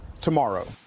tomorrow